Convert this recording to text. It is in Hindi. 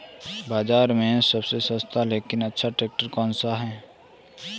बाज़ार में सबसे सस्ता लेकिन अच्छा ट्रैक्टर कौनसा है?